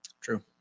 True